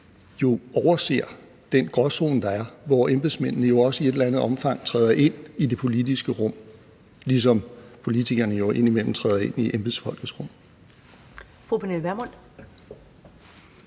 jo overser den gråzone, der er, hvor embedsmændene også i et eller andet omfang træder ind i det politiske rum, ligesom politikerne indimellem træder ind i embedsfolkenes rum. Kl. 16:11 Første